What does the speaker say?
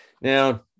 Now